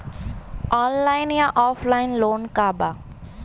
Online या offline loan का बा?